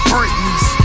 Britneys